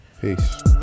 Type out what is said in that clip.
Peace